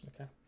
Okay